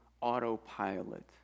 autopilot